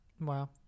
wow